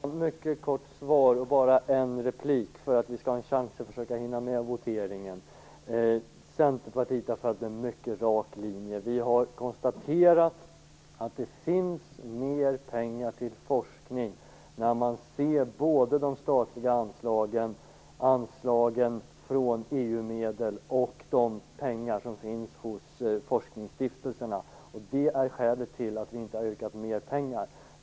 Fru talman! Jag skall svara mycket kort, med bara en replik, för att vi skall ha en chans att försöka hinna med voteringen. Centerpartiet har följt en mycket rak linje. Vi har konstaterat att det finns mer pengar till forskning i form av de statliga anslagen, anslagen från EU-medel och de pengar som finns hos forskningsstiftelserna. Det är skälet till att vi inte har yrkat på mer pengar.